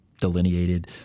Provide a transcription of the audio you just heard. delineated